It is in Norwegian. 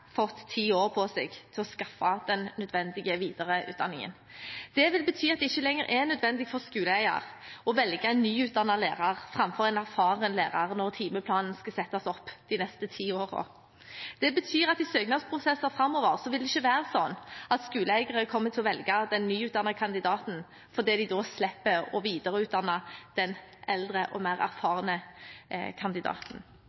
fått ti år på seg til å skaffe seg den nødvendige videreutdanningen. Det vil bety at det ikke lenger er nødvendig for skoleeier å velge en nyutdannet lærer framfor en erfaren lærer når timeplanen skal settes opp de neste ti årene. Det betyr at i søknadsprosesser framover vil det ikke være sånn at skoleeiere kommer til å velge den nyutdannede kandidaten fordi de da slipper å videreutdanne den eldre og mer